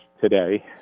today